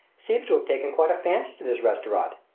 seems to have taken quite a fancy to this restaurant.